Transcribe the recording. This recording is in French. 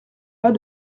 pas